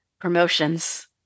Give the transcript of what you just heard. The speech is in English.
promotions